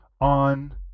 on